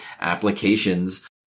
applications